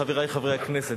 חברי חברי הכנסת,